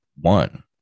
one